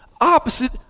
opposite